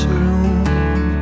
room